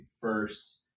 first